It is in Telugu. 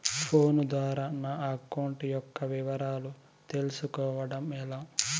ఫోను ద్వారా నా అకౌంట్ యొక్క వివరాలు తెలుస్కోవడం ఎలా?